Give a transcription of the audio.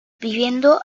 vivieron